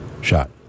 Shot